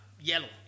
yellow